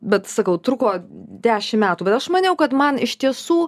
bet sakau truko dešim metų bet aš maniau kad man iš tiesų